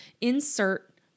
insert